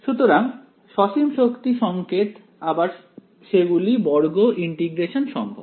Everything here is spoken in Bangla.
সুতরাং সসীম শক্তি সংকেত আবার সেগুলি বর্গ ইন্টিগ্রেশন সম্ভব